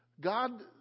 God